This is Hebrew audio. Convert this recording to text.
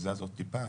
הוא זז עוד טיפה,